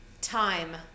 time